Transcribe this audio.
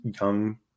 young